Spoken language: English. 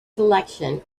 selection